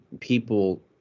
people